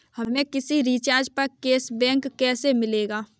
हमें किसी रिचार्ज पर कैशबैक कैसे मिलेगा?